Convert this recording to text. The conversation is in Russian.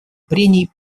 прений